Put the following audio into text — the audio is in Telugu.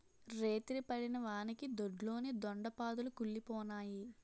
రేతిరి పడిన వానకి దొడ్లోని దొండ పాదులు కుల్లిపోనాయి